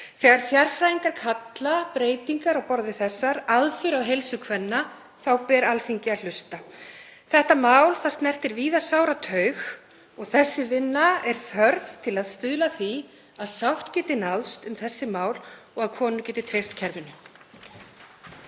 Þegar sérfræðingar kalla breytingar á borð við þessar aðför að heilsu kvenna þá ber Alþingi að hlusta. Þetta mál snertir víða sára taug og þessi vinna er þörf til að stuðla að því að sátt geti náðst um þessi mál og að konur geti treyst kerfinu.